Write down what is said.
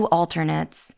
alternates